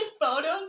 photos